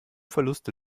verluste